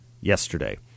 yesterday